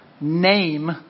name